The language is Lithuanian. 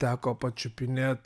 teko pačiupinėt